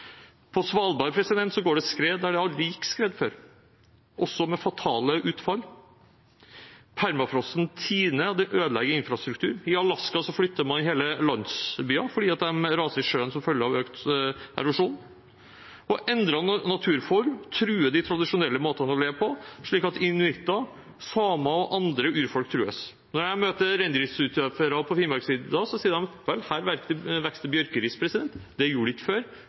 På Svalbard går det skred der det aldri gikk skred før, også med fatale utfall. Permafrosten tiner, og det ødelegger infrastruktur. I Alaska flytter man hele landsbyer fordi de raser i sjøen som følge av økt erosjon. Endret naturform truer de tradisjonelle måtene å leve på, slik at inuitter, samer og andre urfolk trues. Når jeg møter reindriftsutøvere på Finnmarksvidda, sier de: Her vokser det bjørk, det gjorde det ikke før.